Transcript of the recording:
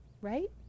right